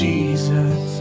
Jesus